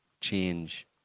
change